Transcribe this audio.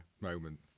moment